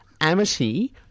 Amity